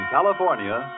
California